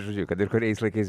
žodžiu kad ir kuriais laikais